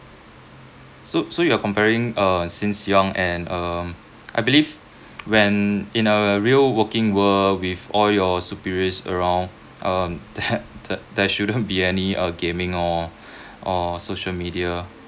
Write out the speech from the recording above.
so so you're comparing uh since young and um I believe when in a real working world with all your superiors around um that there shouldn't be any uh gaming or or social media